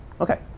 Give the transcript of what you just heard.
Okay